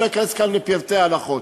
אני לא אכנס כאן לפרטי הלכות.